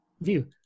view